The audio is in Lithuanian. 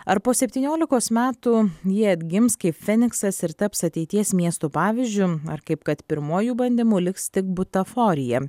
ar po septyniolikos metų ji atgims kaip feniksas ir taps ateities miestų pavyzdžiu ar kaip kad pirmuoju bandymu liks tik butaforija